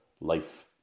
life